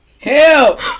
Help